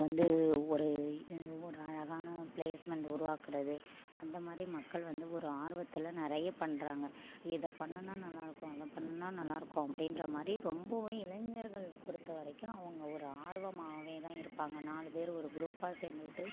வந்து ஒரு ஒரு அழகான ப்ளேஸ்மெண்ட் உருவாக்கிறது அந்த மாதிரி மக்கள் வந்து ஒரு ஆர்வத்தில் நிறைய பண்ணுறாங்க இதைப் பண்ணுணா நல்லாருக்கும் அதைப் பண்ணுணா நல்லாருக்கும் அப்டின்ற மாரி ரொம்பவே இளைஞர்கள் பொறுத்தவரைக்கும் அவங்க ஒரு ஆர்வமாகவே தான் இருப்பாங்க நாலு பேர் ஒரு க்ரூப்பாக சேர்ந்துக்கிட்டு